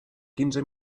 quinze